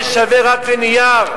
זה יהיה שווה רק לנייר,